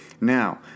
Now